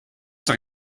doch